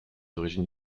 origines